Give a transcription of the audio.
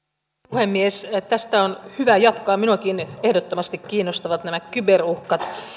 puhemies tästä on hyvä jatkaa minuakin ehdottomasti kiinnostavat nämä kyberuhkat